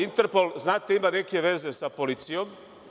Interpol, znate, ima neke veze sa policijom.